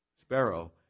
sparrow